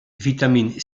vitamines